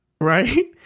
right